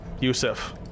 Yusuf